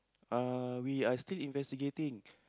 ah we are still investigating